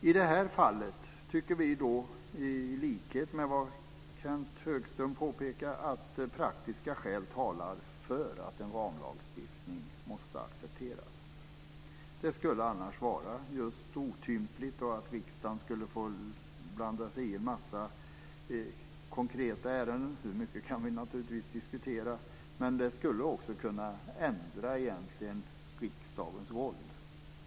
I det här fallet tycker vi, i likhet med vad Kenth Högström påpekar, att praktiska skäl talar för att en ramlagstiftning måste accepteras. Annars skulle det bli otympligt, då riksdagen skulle få blanda sig i en massa konkreta ärenden - hur mycket kan vi naturligtvis diskutera. Men det skulle också kunna ändra riksdagens roll.